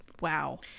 wow